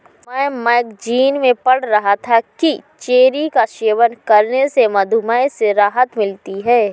मैं मैगजीन में पढ़ रहा था कि चेरी का सेवन करने से मधुमेह से राहत मिलती है